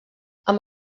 amb